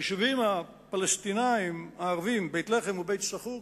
היישובים הפלסטיניים-הערביים בית-לחם ובית-סאחור,